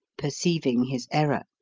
perceiving his error.